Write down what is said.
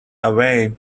away